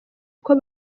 uko